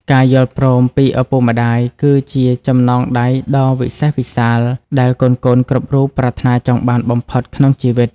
ការយល់ព្រមពីឪពុកម្ដាយគឺជាចំណងដៃដ៏វិសេសវិសាល ដែលកូនៗគ្រប់រូបប្រាថ្នាចង់បានបំផុតក្នុងជីវិត។